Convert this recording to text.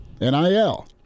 nil